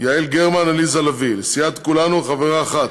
יעל גרמן ועליזה לביא, לסיעת כולנו, חברה אחת: